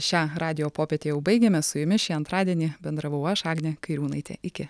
šią radijo popietę jau baigiame su jumis šį antradienį bendravau aš agnė kairiūnaitė iki